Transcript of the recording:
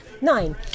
nine